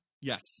Yes